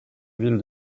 ville